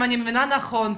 אם אני מבינה נכון,